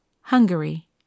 Hungary